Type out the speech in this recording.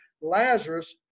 Lazarus